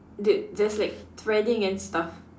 that there's like threading and stuff